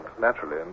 naturally